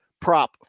prop